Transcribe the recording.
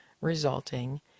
resulting